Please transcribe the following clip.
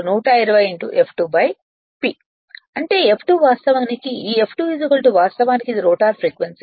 అంటే F2 వాస్తవానికి ఈ F2 వాస్తవానికి ఇది రోటర్ ఫ్రీక్వెన్సీ